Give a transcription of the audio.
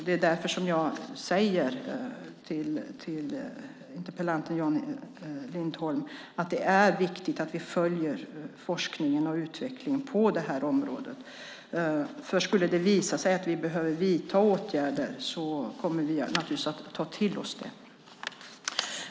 Det är därför som jag säger till interpellanten Jan Lindholm att det är viktigt att vi följer forskning och utveckling på det här området. Skulle det visa sig att vi behöver vidta åtgärder kommer vi naturligtvis att ta till oss det.